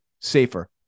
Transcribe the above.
safer